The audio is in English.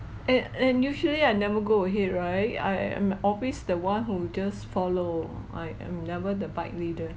and and usually I never go ahead right I am always the one who just follow I am never the bike leader